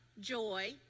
joy